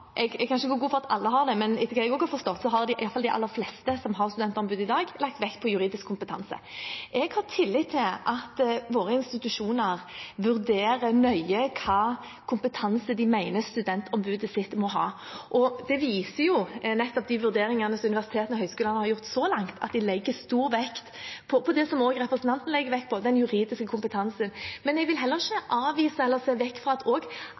jeg kan ikke gå god for at alle har det, men etter hva jeg har forstått, har iallfall de aller fleste studentombud det i dag. Jeg har tillit til at våre institusjoner vurderer nøye hvilken kompetanse de mener studentombudet må ha. De vurderingene som universitetene og høyskolene har gjort så langt, viser at de legger stor vekt på det som også representanten legger vekt på: den juridiske kompetansen. Men jeg vil heller ikke avvise eller se bort fra at også andre egenskaper og